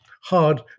Hard